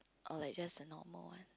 or like just a normal one